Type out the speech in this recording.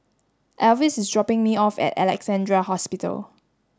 Elvis is dropping me off at Alexandra Hospital